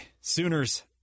Sooners